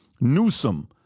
Newsom